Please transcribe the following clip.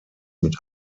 mit